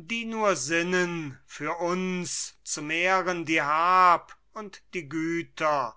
die nur sinnen für uns zu mehren die hab und die güter